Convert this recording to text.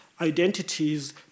identities